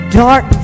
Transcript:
dark